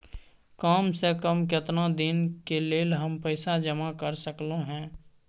काम से कम केतना दिन के लेल हम पैसा जमा कर सकलौं हैं?